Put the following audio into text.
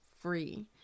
free